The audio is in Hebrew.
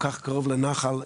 כל כך קרוב לנחל.